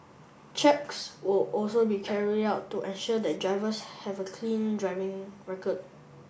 checks all also be carried out to ensure the drivers have a clean driving record